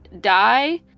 die